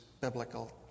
biblical